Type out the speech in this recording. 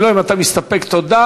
אם לא, אם אתה מסתפק, תודה.